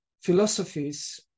philosophies